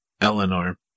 Eleanor